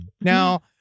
Now